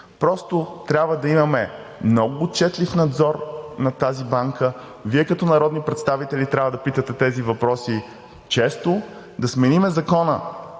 Просто трябва да имаме много отчетлив надзор над тази банка. Вие като народни представители трябва да питате за тези въпроси често, да сменим Закона